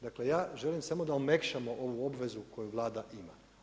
Dakle, ja želim samo da omekšamo ovu obvezu koju Vlada ima.